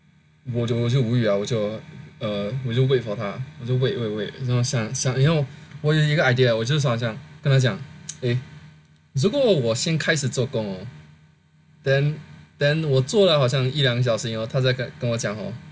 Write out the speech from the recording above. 我就我就我就我就我就 wait for 他我就 wait wait wait 想用我有一个 idea 如果我跟他讲 somemore 我先开始做工哦 then then 我做了好像一两个小时以后他在改跟我讲好